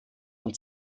von